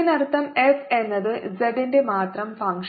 ഇതിനർത്ഥം F എന്നത് z ന്റെ മാത്രം ഫങ്ക്ഷന് ആണ്